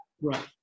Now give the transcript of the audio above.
Right